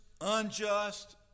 unjust